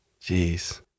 Jeez